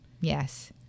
Yes